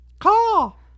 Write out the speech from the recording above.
Call